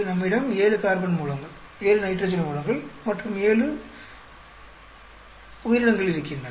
நம்மிடம் 7 கார்பன் மூலங்கள் 7 நைட்ரஜன் மூலங்கள் மற்றும் ஏழு நைட்ரஜன் உயிரினங்கள் இருக்கின்றன